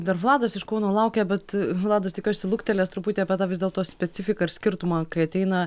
dar vladas iš kauno laukia bet vladas tikiuosi luktelės truputį apie tą vis dėlto specifiką ir skirtumą kai ateina